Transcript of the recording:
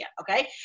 Okay